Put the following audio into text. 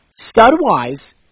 stud-wise